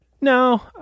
no